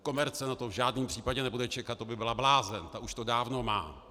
Komerce na to v žádném případě nebude čekat, to by byla blázen, ta už to dávno má.